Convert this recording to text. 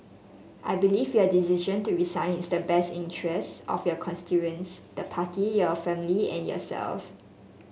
I believe your decision to resign is in the best interest of your constituents the party your family and yourself